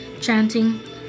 chanting